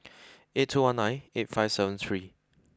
eight two one nine eight five seven three